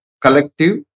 collective